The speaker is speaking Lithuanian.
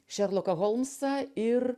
šerloką holmsą ir